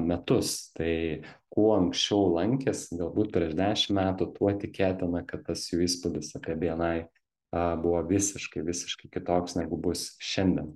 metus tai kuo anksčiau lankėsi galbūt prieš dešim metų tuo tikėtina kad tas jų įspūdis apie bni a buvo visiškai visiškai kitoks negu bus šiandien